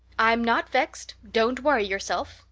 i'm not vexed don't worry yourself.